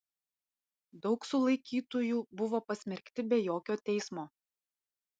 daug sulaikytųjų buvo pasmerkti be jokio teismo